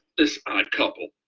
this odd couple.